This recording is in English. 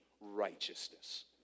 righteousness